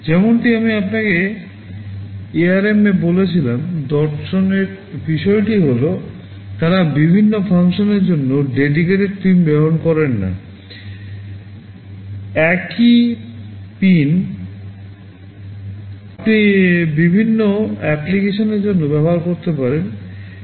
যেমনটি আমি আপনাকে ARM এ বলেছিলাম দর্শনের বিষয়টি হল তারা বিভিন্ন ফাংশনের জন্য ডেডিকেটেড পিন ব্যবহার করেন না একই পিন আপনি বিভিন্ন অ্যাপ্লিকেশনের জন্য ব্যবহার করতে পারেন